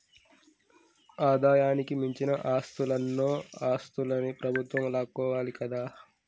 ఆదాయానికి మించిన ఆస్తులన్నో ఆస్తులన్ని ప్రభుత్వం లాక్కోవాలి కదా